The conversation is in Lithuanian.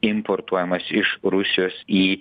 importuojamas iš rusijos į